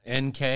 NK